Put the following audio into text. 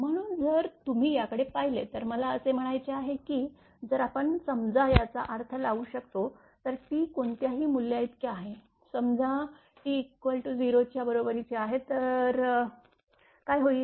म्हणून जर तुम्ही याकडे पाहिले तर मला असे म्हणायचे आहे की जर आपण समजा याचा अर्थ लावू शकतो तर t कोणत्याही मूल्याइतके आहे समजा t 0 च्या बरोबरीचे आहे तर काय होईल